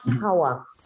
power